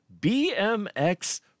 BMX